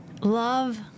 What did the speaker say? love